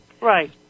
Right